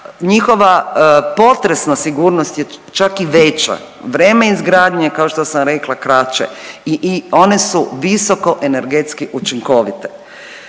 Njihova potresna sigurnost je čak i veća, vrijeme izgradnje kao što sam rekla kuće i one su visokoenergetski učinkovite.